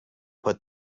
put